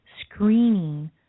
screening